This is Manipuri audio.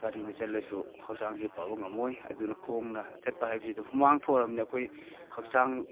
ꯒꯥꯔꯤꯅ ꯆꯠꯂꯁꯨ ꯍꯛꯆꯥꯡꯁꯤ ꯐꯕ ꯉꯝꯃꯣꯏ ꯑꯗꯨꯅ ꯈꯣꯡꯅ ꯆꯠꯄ ꯍꯥꯏꯕꯁꯤꯗ ꯍꯨꯃꯥꯡ ꯊꯣꯛꯂꯕꯅꯤꯅ ꯑꯩꯈꯣꯏ ꯍꯛꯆꯥꯡ